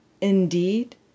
Indeed